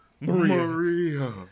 Maria